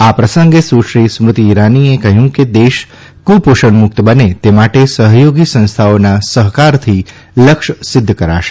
આ પ્રસંગે સુશ્રી સ્મૃતિ ઇરાનીએ કહ્યું કે દેશ કુપોષણમુક્ત બને તે માટે સફયોગી સંસ્થાઓના સહકારથી લક્ષ્ય સિદ્ધ કરાશે